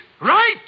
right